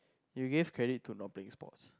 you gave credit to not playing sports